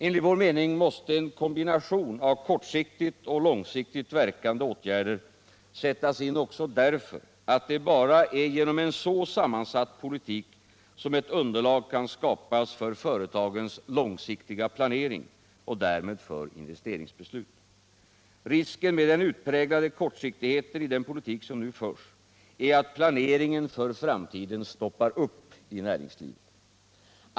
Enligt vår mening måste en kombination av kortsiktigt och långsiktigt verkande åtgärder sättas in också därför att det bara är genom en så sammansatt politik som ett underlag kan skapas för företagens långsiktiga planering och därmed för investeringsbeslut. Risken med den utpräglade kortsiktigheten i den politik som nu förs är att planeringen för framtiden stoppar upp i näringslivet.